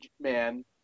man